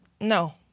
no